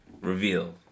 reveal